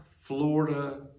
Florida